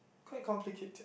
quite complicated